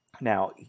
Now